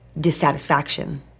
dissatisfaction